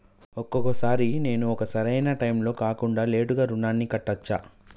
ఒక్కొక సారి నేను ఒక సరైనా టైంలో కాకుండా లేటుగా రుణాన్ని కట్టచ్చా?